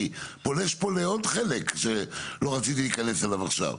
אני פולש פה לעוד חלק שלא רציתי להיכנס אליו עכשיו.